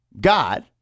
God